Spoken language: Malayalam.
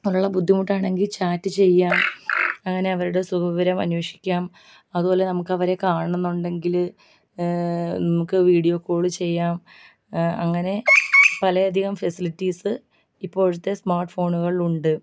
ഉള്ള ബുദ്ധിമുട്ടാണെങ്കിൽ ചാറ്റ് ചെയ്യാം അങ്ങനെ അവരുടെ സുഖവിവരം അന്വേഷിക്കാം അതുപോലെ നമുക്ക് അവരെ കാണണന്നുണ്ടെങ്കില് നമുക്ക് വീഡിയോ കോൾ ചെയ്യാം അങ്ങനെ പലയധികം ഫെസിലിറ്റീസ് ഇപ്പോഴത്തെ സ്മാർട്ട് ഫോണുകളിൽ ഉണ്ട്